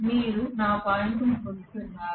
మీరు నా పాయింట్ పొందుతున్నారా